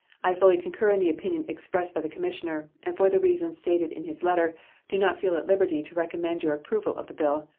i fully concur in the opinion expressed by the commissioner, and for the reasons stated in his letter do not feel at liberty to recommend your approval of the bill.